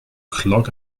clog